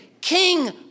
king